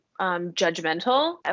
judgmental